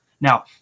Now